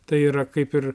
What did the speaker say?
tai yra kaip ir